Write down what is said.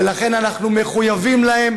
ולכן אנחנו מחויבים להם